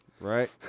Right